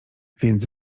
więc